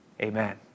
Amen